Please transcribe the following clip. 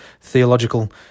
Theological